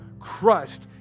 crushed